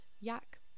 YAK